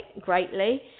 greatly